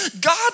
God